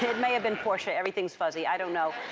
may have been portia, everything's fuzzy, i don't know.